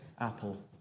Apple